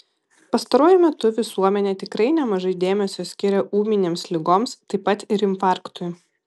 pastaruoju metu visuomenė tikrai nemažai dėmesio skiria ūminėms ligoms taip pat ir infarktui